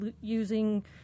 using